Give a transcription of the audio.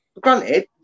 Granted